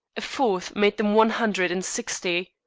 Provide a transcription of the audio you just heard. a fourth made them one hundred and sixty.